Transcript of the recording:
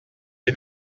est